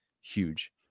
huge